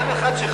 גם אחד שחי,